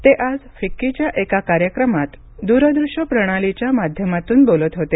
ते आज फिक्कीच्या एका कार्यक्रमात द्रदृश्य प्रणालीच्या माध्यमातून बोलत होते